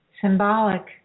symbolic